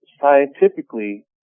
scientifically